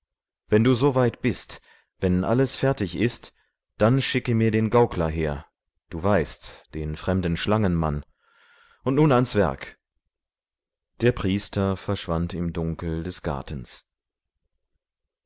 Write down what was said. wenn du so weit bist wenn alles fertig ist dann schicke mir den gaukler her du weißt den fremden schlangenmann und nun ans werk der priester verschwand im dunkel des gartens